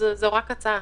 זו רק הצעה.